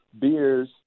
beers